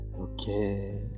Okay